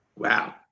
Wow